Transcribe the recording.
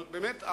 אבל באמת,